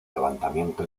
levantamiento